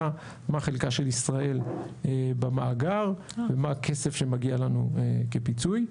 מה חלקה של ישראל במאגר ומה הכסף שמגיע לנו כפיצוי.